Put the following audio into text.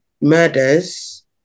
murders